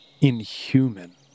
inhuman